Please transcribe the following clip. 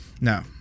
No